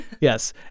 Yes